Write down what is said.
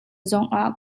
zongah